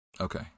Okay